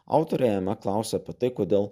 autorė jame klausia apie tai kodėl